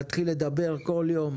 להתחיל לדבר כל יום,